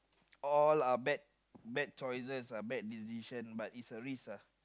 all are bad choices bad decisions but is a risk lah